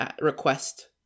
request